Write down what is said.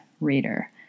reader